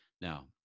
Now